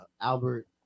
Albert